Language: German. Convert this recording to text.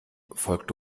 folgte